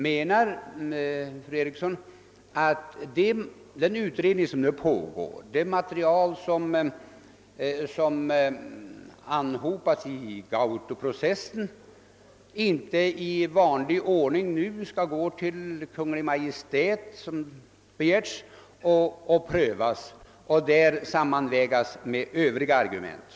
Menar fru Eriksson att den utredning som nu pågår och det material som anhopats i Gautojaureprocessen inte i angiven ordning skall gå till Kungl. Maj:t och prövas och sammanvägas med övriga argument?